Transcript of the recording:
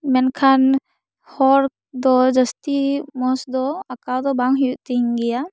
ᱢᱮᱱᱠᱷᱟᱱ ᱦᱚᱲ ᱫᱚ ᱡᱟᱹᱥᱛᱤ ᱢᱚᱡᱽ ᱫᱚ ᱟᱠᱟᱣ ᱫᱚ ᱵᱟᱝ ᱦᱩᱭᱩᱜ ᱛᱤᱧ ᱜᱮᱭᱟ